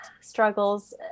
struggles